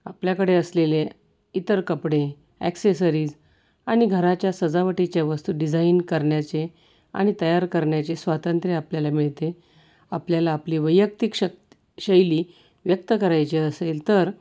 आपल्याकडे असलेले इतर कपडे ॲक्सेसरीज आणि घराच्या सजावटीच्या वस्तू डिझाईन करण्याचे आणि तयार करण्याचे स्वातंत्र्य आपल्याला मिळते आपल्याला आपली वैयक्तिक शक् शैली व्यक्त करायची असेल तर